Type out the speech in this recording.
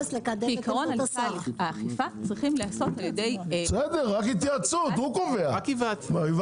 כעיקרון הליכי האכיפה צריכים להיעשות על ידי גורם מקצועי.